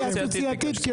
התייעצות סיעתית.